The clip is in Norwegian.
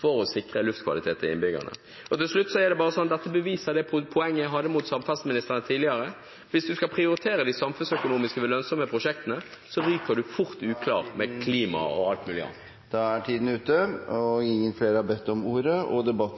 for å sikre luftkvaliteten til innbyggerne. Til slutt: Dette beviser det poenget jeg hadde mot samferdselsministeren tidligere. Hvis man skal prioritere de samfunnsøkonomisk lønnsomme prosjektene, ryker man fort uklar med klima og alt mulig annet. Flere har ikke bedt om ordet